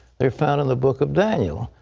they're found in the book of daniel,